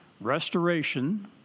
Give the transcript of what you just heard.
restoration